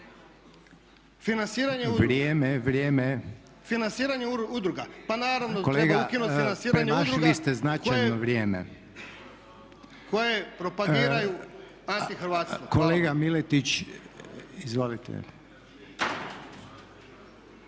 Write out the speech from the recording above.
…/Vrijeme, vrijeme./… Financiranje udruga. Pa naravno treba ukinuti financiranje udruga… …/Upadica: **Reiner, Željko (HDZ)** Kolega premašili ste značajno vrijeme./… … koje propagiraju antihrvatstvo. Kolega Miletić izvolite.